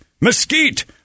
mesquite